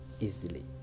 easily